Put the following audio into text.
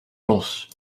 los